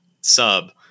sub